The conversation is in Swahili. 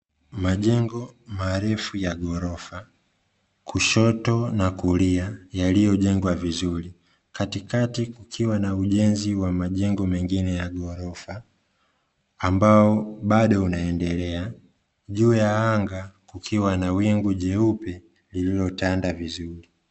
Majengo marefu ya gorofa kushoto na kulia yaliyojengwa vizuri , katikati kukiwa na ujenzi wa majengo mengine ya gorofa ambao bado unaendelea, juu ya anga kukiwa na wingu jeupe lililotanda vizuri .